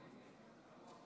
52 נגד.